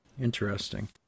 Interesting